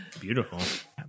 Beautiful